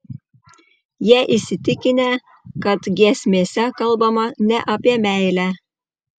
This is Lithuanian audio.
jie įsitikinę kad giesmėse kalbama ne apie meilę